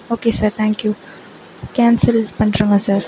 okay sir thank you cancel இது பண்ணிடுங்க sir